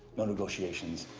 no negotiations.